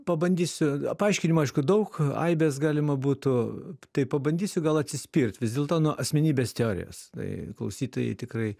pabandysiu paaiškinimo aišku daug aibes galima būtų tai pabandysiu gal atsispirt vis dėlto nuo asmenybės teorijos tai klausytojai tikrai